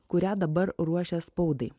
kurią dabar ruošia spaudai